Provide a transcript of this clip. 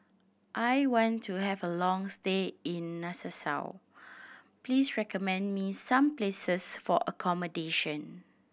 I want to have a long stay in Nassau please recommend me some places for accommodation